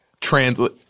translate